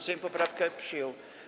Sejm poprawkę przyjął.